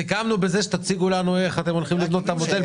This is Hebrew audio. סיכמנו בזה שתציגו לנו איך אתם הולכים לבנות את המודל,